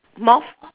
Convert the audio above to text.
moth